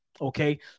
okay